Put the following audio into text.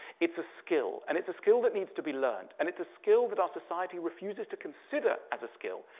it's a skill, and it's a skill that needs to be learned. and it's a skill that our society refuses to consider as a skill.